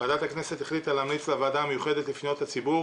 ועדת הכנסת החליטה להמליץ לוועדה המיוחדת לפניות הציבור